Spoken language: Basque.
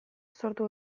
sortu